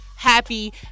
happy